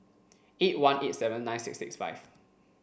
eight one eight seven nine six six five